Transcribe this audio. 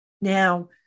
Now